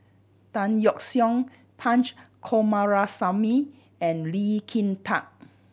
Tan Yeok Seong Punch Coomaraswamy and Lee Kin Tat